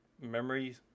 memory